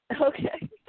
okay